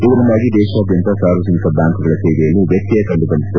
ಇದರಿಂದಾಗಿ ದೇಶಾದ್ದಂತ ಸಾರ್ವಜನಿಕ ಬ್ಯಾಂಕ್ಗಳ ಸೇವೆಯಲ್ಲಿ ವ್ಯತ್ಯಯ ಕಂಡುಬಂದಿತ್ತು